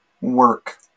work